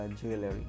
jewelry